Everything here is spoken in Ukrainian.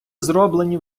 зроблені